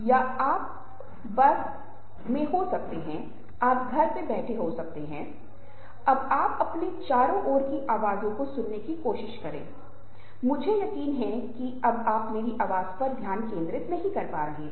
यह कुछ भी नहीं है यह केवल संचार का एक महत्व है ये लोग उनके साथ कैसे संवाद कर रहे हैं और ये लोग इतने अधिक शामिल हो जाते हैं इतने प्रभावित होते हैं कि वे जो कुछ भी कहते हैं वह करने के लिए तैयार होते हैं